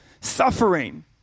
Suffering